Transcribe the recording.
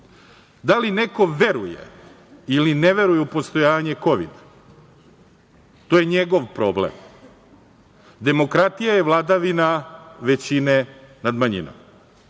li neko veruje ili ne veruje u postojanje Kovida, to je njegov problem? Demokratija je vladavina većine nad manjinom.